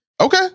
Okay